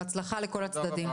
בהצלחה לכל הצדדים.